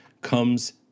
comes